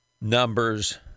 numbers